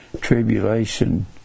tribulation